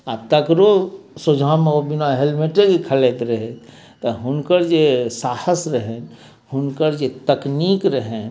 आओर तकरो सोझामे ओ बिना हेलमेटेके खेलैत रहै तऽ हुनकर जे साहस रहनि हुनकर जे तकनीक रहनि